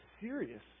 serious